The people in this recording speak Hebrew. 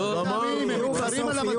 הם לא מתאמים, הם מתחרים על המדף.